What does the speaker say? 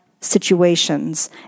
situations